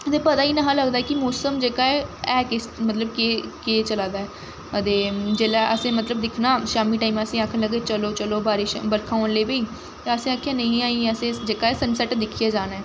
असें गी पता गै निं हा लगदा हा कि मौसम जेह्का ऐ है किस मतलब कि केह् चला दा ऐ ते जेल्लै असें मतलब दिक्खना शामी टैम असें गी आखन लगे चलो चलो बारिश ऐ बरखा होन लगी पेई ते असें आखेआ नेईं अजें असें जेह्का ऐ सन सैट्ट दिक्खियै जाना ऐ